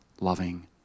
loving